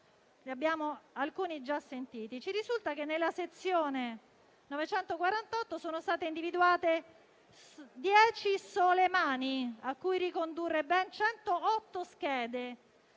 Ci risulta che nella sezione 948 sono state individuate dieci sole mani a cui ricondurre ben 108 schede,